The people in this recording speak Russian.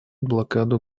блокаду